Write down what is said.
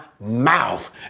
mouth